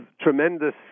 tremendous